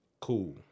Cool